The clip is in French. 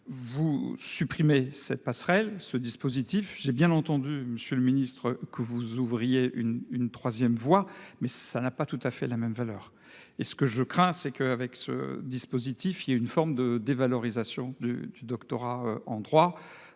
Vous supprimez cette passerelle ce dispositif. J'ai bien entendu Monsieur le Ministre, que vous ouvriez une une 3ème voie mais ça n'a pas tout à fait la même valeur, et ce que je crains c'est que avec ce dispositif il y a une forme de dévalorisation de du doctorat en droit.